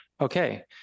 Okay